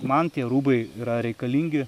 man tie rūbai yra reikalingi